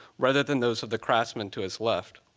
rather than those of the craftsman to his left.